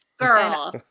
Girl